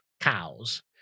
cows